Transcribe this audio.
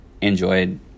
enjoyed